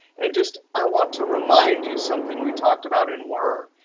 and just i want to remind you something we talked about in word.